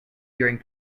during